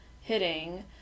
hitting